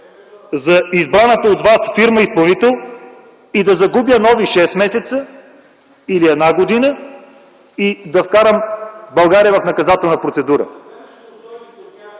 за избраната от вас фирма – изпълнител, да загубя нови шест месеца или една година и да вкарам България в наказателна процедура.